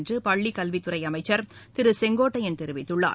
என்று பள்ளிக் கல்வித் துறை அமைச்சர் திரு செங்கோட்டையன் தெரிவித்துள்ளார்